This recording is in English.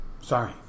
Sorry